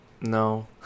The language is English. No